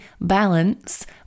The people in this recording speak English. balance